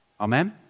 Amen